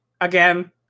again